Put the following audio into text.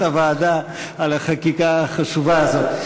הוועדה על החקיקה החשובה הזאת.